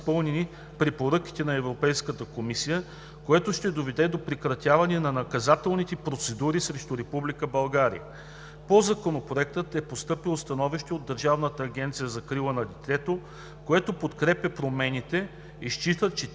препоръките на Европейската комисия, което ще доведе до прекратяване на наказателните процедури срещу Република България. По Законопроекта е постъпило становище от Държавна агенция за закрила на детето, което подкрепя промените и счита, че